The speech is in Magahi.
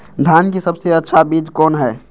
धान की सबसे अच्छा बीज कौन है?